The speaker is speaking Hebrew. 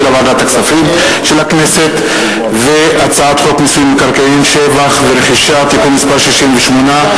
2010; והצעת חוק מיסוי מקרקעין (שבח ורכישה) (תיקון מס' 68),